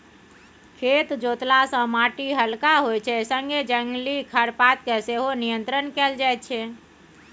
खेत जोतला सँ माटि हलका होइ छै संगे जंगली खरपात केँ सेहो नियंत्रण कएल जाइत छै